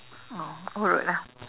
oh urut lah